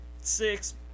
six-